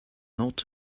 not